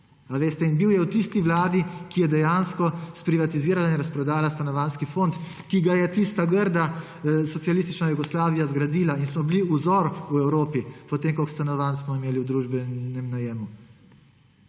In bil je v tisti vladi, ki je dejansko sprivatizirala in razprodala stanovanjski fond, ki ga je tista grda socialistična Jugoslavija zgradila in smo bili vzor v Evropi po tem, koliko stanovanj smo imeli v družbenem najemu.